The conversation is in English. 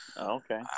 okay